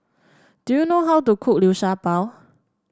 do you know how to cook Liu Sha Bao